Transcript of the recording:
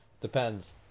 Depends